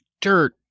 dirt